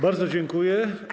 Bardzo dziękuję.